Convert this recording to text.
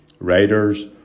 Writers